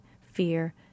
fear